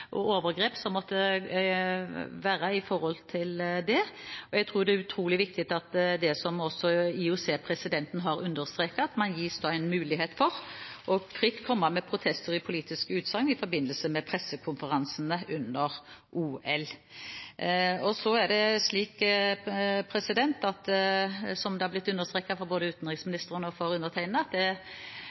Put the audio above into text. og overgrep som måtte skje på dette området. Det er utrolig viktig at man, som også IOC-presidenten har understreket, gis mulighet til fritt å komme med protester i politiske utsagn i forbindelse med pressekonferansene under OL. Så er det slik, som det er blitt understreket både fra utenriksministeren og fra undertegnede,